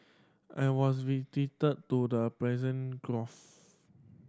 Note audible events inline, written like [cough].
I was visited to the [unintelligible] Gulf